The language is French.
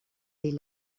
des